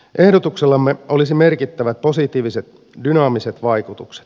ehdotuksellamme olisi merkittävät positiiviset dynaamiset vaikutukset